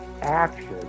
action